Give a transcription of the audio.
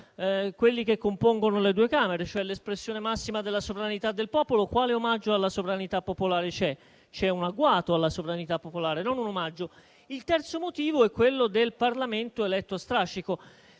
coloro che compongono le due Camere, cioè l'espressione massima della sovranità del popolo, quale omaggio alla sovranità popolare c'è? C'è un agguato alla sovranità popolare, non un omaggio. L'altro motivo è quello del Parlamento eletto a strascico.